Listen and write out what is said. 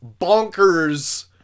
bonkers